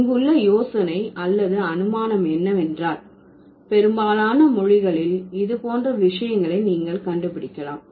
இங்குள்ள யோசனை அல்லது அனுமானம் என்னவென்றால் பெரும்பாலான மொழிகளில் இது போன்ற விஷயங்களை நீங்கள் கண்டுபிடிக்கலாம்